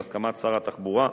בהסכמת שר התחבורה,